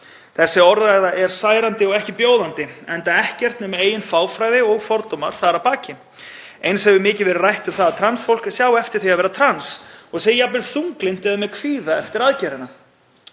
Þessi orðræða er ekki sæmandi og ekki bjóðandi enda ekkert nema eigin fáfræði og fordómar þar að baki. Eins hefur mikið verið rætt um það að trans fólk sjái eftir því að verða trans og sé jafnvel þunglynt eða með kvíða eftir aðgerðina.